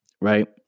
right